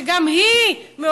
שגם את מעורבת,